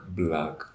black